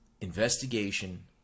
investigation